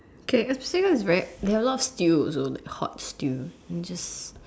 K is very there are a lot of stews also like hot stew and just